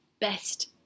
best